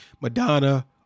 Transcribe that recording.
Madonna